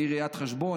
מראיית חשבון,